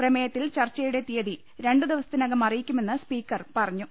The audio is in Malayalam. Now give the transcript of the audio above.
പ്രമേയ ത്തിൽ ചർച്ചയുടെ തിയ്യതി ്രണ്ടു ദിവസത്തിനകം അറി യിക്കുമെന്ന് സ്പീക്കർ പറഞ്ഞു